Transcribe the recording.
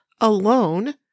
alone